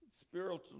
spiritual